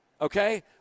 okay